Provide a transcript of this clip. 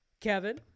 kevin